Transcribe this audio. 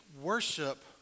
worship